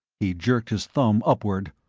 he jerked his thumb upward.